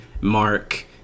mark